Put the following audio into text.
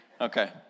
Okay